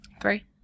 Three